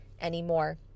anymore